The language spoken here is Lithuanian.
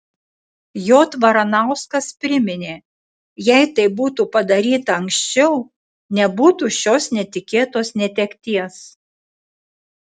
j varanauskas priminė jei tai būtų padaryta anksčiau nebūtų šios netikėtos netekties